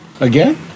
Again